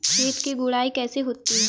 खेत की गुड़ाई कैसे होती हैं?